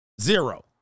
Zero